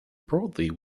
broadly